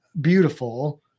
beautiful